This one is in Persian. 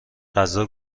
غذا